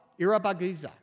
Irabagiza